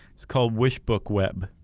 it's called wishbook web.